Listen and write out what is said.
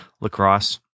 lacrosse